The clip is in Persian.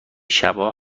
شبا